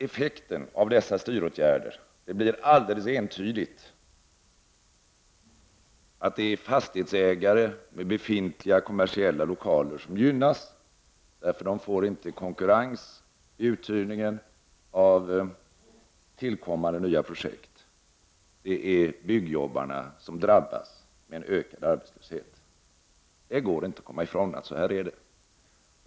Effekten av dessa styråtgärder blir alldeles entydigt att fastighetsägare med befintliga kommersiella lokaler gynnas, därför att de vid uthyrningen inte får någon konkurrens av tillkommande nya projekt. Det är byggjobbarna som drabbas med en ökad arbetslöshet. Det går inte att komma ifrån att det är så.